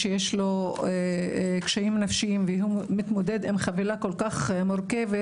שיש לו קשיים נפשיים והוא מתמודד עם חבילה כל כך מורכבת,